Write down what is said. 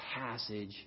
passage